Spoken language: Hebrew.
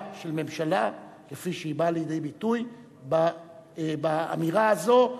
של ממשלה כפי שהיא בא לידי ביטוי באמירה הזאת,